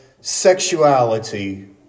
sexuality